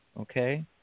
okay